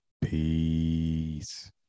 Peace